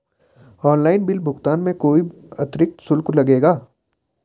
Online bill भुगतान में कोई अतिरिक्त शुल्क लगेगा?